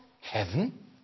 heaven